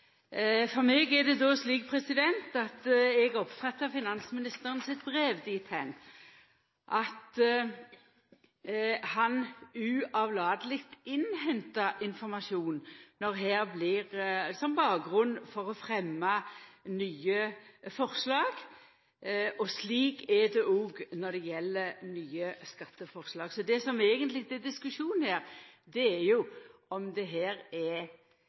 Eg oppfatta finansministeren sitt brev slik at han uavlateleg innhentar informasjon som bakgrunn for å fremja nye forslag. Slik er det òg når det gjeld nye skatteforslag. Så det som eigentleg blir diskusjonen, er jo om det her er